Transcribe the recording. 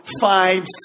five